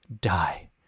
die